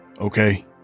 Okay